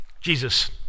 Jesus